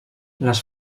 les